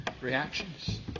reactions